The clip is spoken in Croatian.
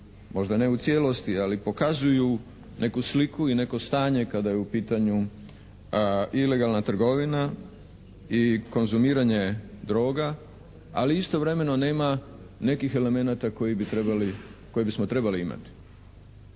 možda ne u cijelosti, ali pokazuju neku sliku i neko stanje kada je u pitanju ilegalna trgovina i konzumiranje droga, ali istovremeno nema nekih elemenata koje bismo trebali imati.